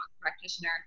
practitioner